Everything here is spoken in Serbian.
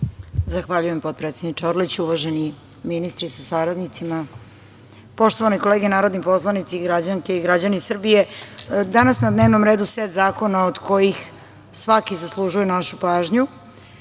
Zahvaljujem, potpredsedniče Orlić. Uvaženi ministre sa saradnicima, poštovane kolege narodni poslanici, građanke i građani Srbije, danas je na dnevnom redu set zakona od kojih svaki zaslužuje našu